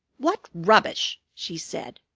what rubbish! she said.